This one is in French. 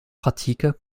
pratiques